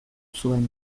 zuen